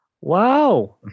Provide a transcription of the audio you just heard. Wow